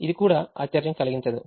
ఇది కూడా ఆశ్చర్యం కలిగించదు